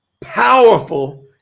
powerful